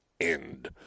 end